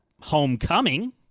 homecoming